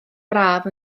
braf